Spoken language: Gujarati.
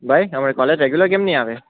ભાઈ તમે કોલેજ રેગ્યુલર કેમ ની આવે